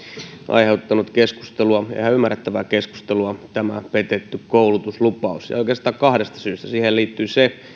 aiheuttanut keskustelua ja ihan ymmärrettävää keskustelua tämä petetty koulutuslupaus ja oikeastaan kahdesta syystä siihen liittyy se